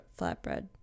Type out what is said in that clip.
flatbread